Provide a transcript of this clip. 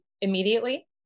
immediately